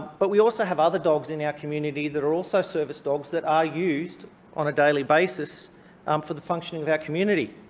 but we also have other dogs in our community that are also service dogs that are used on a daily basis um for the functioning of our community.